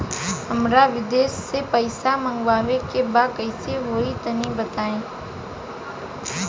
हमरा विदेश से पईसा मंगावे के बा कइसे होई तनि बताई?